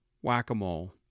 Whack-A-Mole